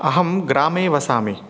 अहं ग्रामे वसामि